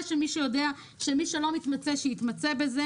מישהו יצטרך לשבת שם.